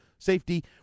Safety